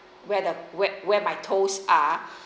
where the where where my toes are